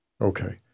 Okay